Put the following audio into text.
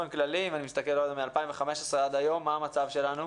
אם אני מסתכל מ-2015 עד היום, מה המצב שלנו?